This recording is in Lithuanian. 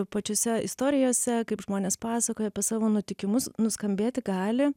pačiose istorijose kaip žmonės pasakoja apie savo nutikimus nuskambėti gali